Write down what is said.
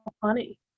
funny